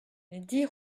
dix